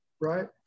right